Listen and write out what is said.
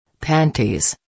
Panties